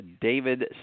David